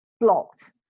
blocked